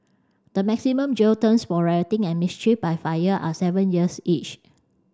the maximum jail terms for rioting and mischief by fire are seven years each